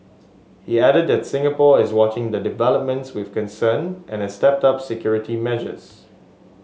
he added that Singapore is watching the developments with concern and has stepped up security measures